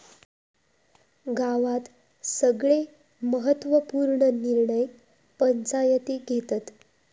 गावात सगळे महत्त्व पूर्ण निर्णय पंचायती घेतत